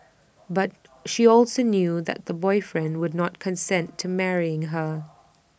but she also knew that the boyfriend would not consent to marrying her